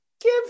give